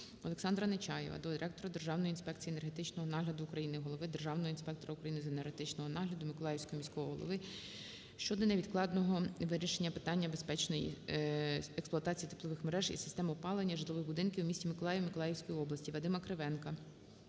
Олександра Нечаєва до директора Державної інспекції енергетичного нагляду України – Головного державного інспектора України з енергетичного нагляду, Миколаївського міського голови щодо невідкладного вирішення питання безпечної експлуатації теплових мереж і систем опалення житлових будинків у місті Миколаєві Миколаївської області. Вадима Кривенка